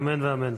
אמן ואמן.